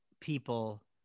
people